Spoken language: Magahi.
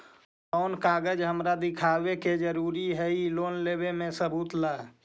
कौन कागज हमरा दिखावे के जरूरी हई लोन लेवे में सबूत ला?